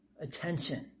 attention